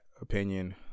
opinion